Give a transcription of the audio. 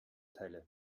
teile